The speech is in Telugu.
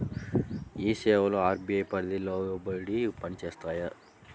ఈ సేవలు అర్.బీ.ఐ పరిధికి లోబడి పని చేస్తాయా?